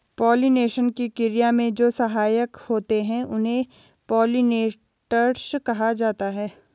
pollination की क्रिया में जो सहायक होते हैं उन्हें पोलिनेटर्स कहा जाता है